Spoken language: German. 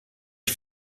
ich